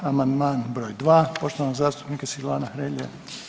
Amandman br. 2 poštovanog zastupnika Silvana Hrelje.